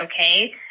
okay